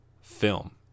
film